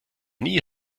nie